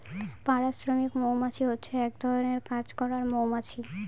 পাড়া শ্রমিক মৌমাছি হচ্ছে এক ধরনের কাজ করার মৌমাছি